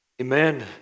Amen